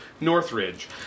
Northridge